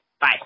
Bye